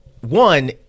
one